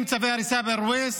מחלקים צווי הריסה בארוויס,